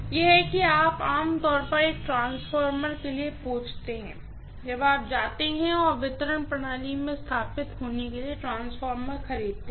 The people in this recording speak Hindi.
यह है कि आप आमतौर पर एक ट्रांसफार्मर के लिए पूछते हैं जब आप जाते हैं और वितरण प्रणाली में स्थापित होने के लिए ट्रांसफार्मर खरीदते हैं